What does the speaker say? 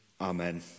Amen